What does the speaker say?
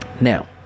Now